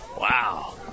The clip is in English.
Wow